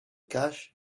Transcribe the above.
cash